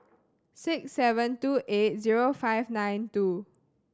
six seven two eight zero five nine two